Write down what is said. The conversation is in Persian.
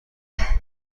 بدهم